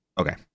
okay